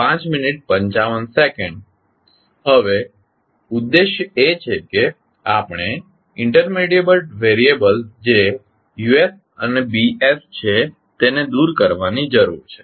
હવે ઉદ્દેશ એ છે કે આપણે ઇન્ટરમેડીએટ વેરીયબલ્સ જે U અને B છે તેને દૂર કરવાની જરૂર છે